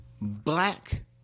black